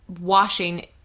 washing